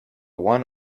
one